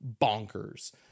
bonkers